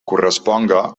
corresponga